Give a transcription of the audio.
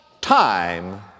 time